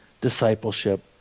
discipleship